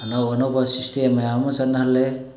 ꯑꯅꯧ ꯑꯅꯧꯕ ꯁꯤꯁꯇꯦꯝ ꯃꯌꯥꯝ ꯑꯃ ꯆꯠꯅꯍꯜꯂꯦ